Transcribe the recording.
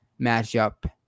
matchup